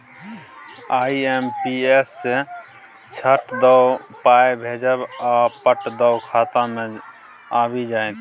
IMPS सँ चट दअ पाय भेजब आ पट दअ खाता मे आबि जाएत